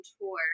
tour